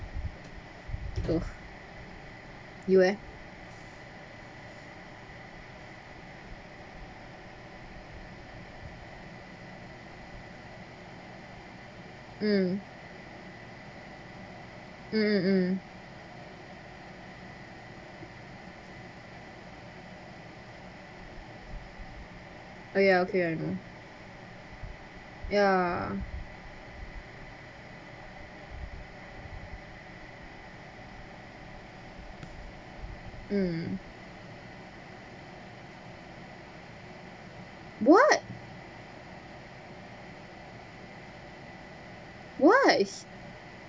uh you eh mm mm mm mm oh ya okay I know ya mm what why